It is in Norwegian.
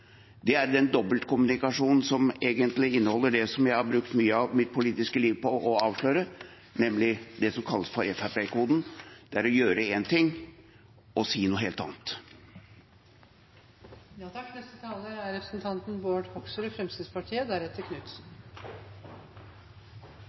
Det er den dobbeltkommunikasjonen som egentlig inneholder det jeg har brukt mye av mitt politiske liv på å avsløre, nemlig det som kalles for FrP-koden. Det er å gjøre én ting og si noe helt annet. Det er interessant å sitte og høre på debatten om eiendomsskatt, og det er